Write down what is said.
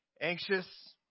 Anxious